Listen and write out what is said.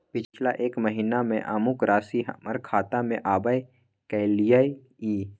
पिछला एक महीना म अमुक राशि हमर खाता में आबय कैलियै इ?